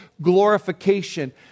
glorification